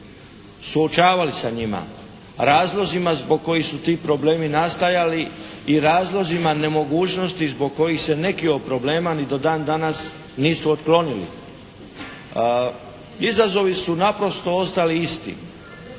suočavali sa njima, razlozima zbog kojih su ti problemi nastajali i razlozima nemogućnosti zbog kojih se neki od problema ni do dan danas nisu otklonili. Izazovi su naprosto ostali isti.